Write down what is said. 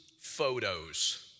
photos